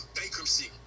bankruptcy